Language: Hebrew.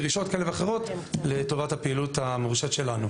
דרישות כאלה ואחרות לטובת הפעילות המורשית שלנו.